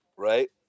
right